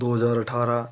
दो हज़ार अठारह